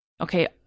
okay